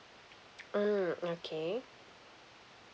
mm okay